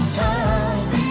time